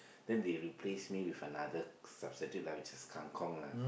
then they replace me with another substitute like which is kang-kong lah